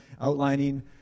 outlining